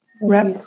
Wrap